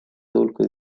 hulka